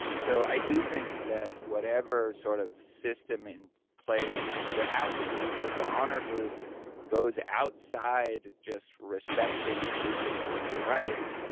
so i do think that whatever sort of system in place, there has to be is if the honor group goes outside just respecting basic human rights,